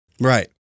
Right